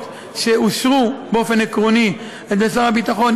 שאושרו באופן עקרוני על ידי שר הביטחון,